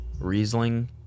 Riesling